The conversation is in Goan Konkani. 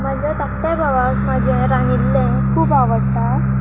म्हज्या धाकट्या भावाक म्हाजे रांदिल्ले खूब आवडटा